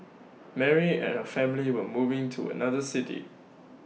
Mary and her family were moving to another city